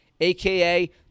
aka